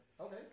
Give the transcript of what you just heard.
Okay